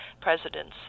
presidents